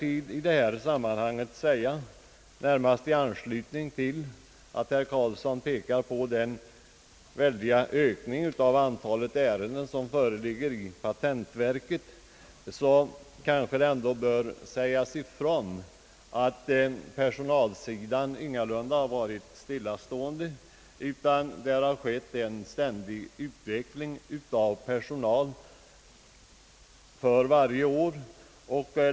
I anslutning till herr Carlssons påpekande om den väldiga ökningen av antalet ärenden i patentverket bör det kanske framhållas, att utvecklingen på personalsidan ingalunda har varit stillastående. Det har skett en ständig ökning av personalen varje år.